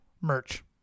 merch